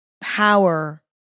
power